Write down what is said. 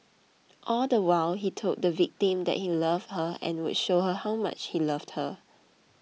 all the while he told the victim that he loved her and would show her how much he loved her